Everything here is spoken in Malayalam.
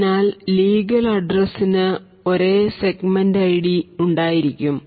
അതിനാൽ ലീഗൽ അഡ്രസ്സിനു ഒരേ സെഗ്മെന്റ് ഐഡി ഉണ്ടായിരിക്കും